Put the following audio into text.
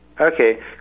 Okay